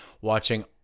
watching